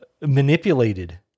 manipulated